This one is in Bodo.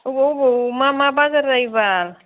अबाव अबाव मा मा बाजार जायोबाल